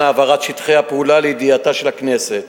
העברת שטחי הפעולה לידיעתה של הכנסת.